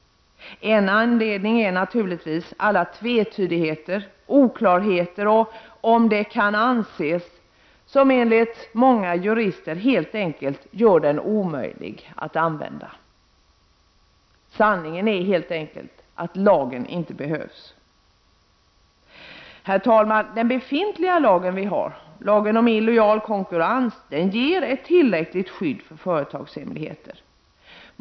En anledning är naturligtvis alla tvetydigheter, oklarheter och ”om det kan anses”, som enligt många jurister helt enkelt gör lagen omöjlig att använda. Sanningen är helt enkelt att lagen inte behövs. Herr talman! Den befintliga lagen om illojal konkurrens ger ett tillräckligt skydd för företagshemligheter.